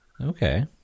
Okay